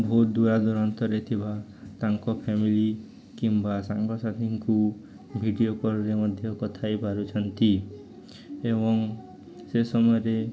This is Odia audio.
ବହୁତ ଦୂରାଦୂରାନ୍ତରେ ଥିବା ତାଙ୍କ ଫ୍ୟାମିଲି କିମ୍ବା ସାଙ୍ଗସାଥିଙ୍କୁ ଭିଡ଼ିଓ କଲ୍ରେ ମଧ୍ୟ କଥା ହେଇ ପାରୁଛନ୍ତି ଏବଂ ସେ ସମୟରେ